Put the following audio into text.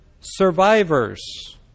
survivors